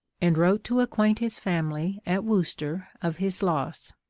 and wrote to acquaint his family at worcester of his loss.